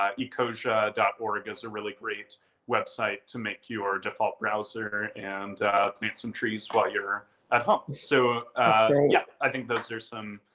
ah ecosia dot org is a really great website to make your default browser and plant some trees while you're at home. so yeah i think those are some,